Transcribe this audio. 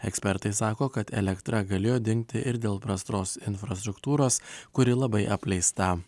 ekspertai sako kad elektra galėjo dingti ir dėl prastos infrastruktūros kuri labai apleista